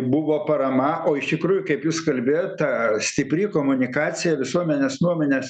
buvo parama o iš tikrųjų kaip jūs kalbėjot ta stipri komunikacija visuomenės nuomonės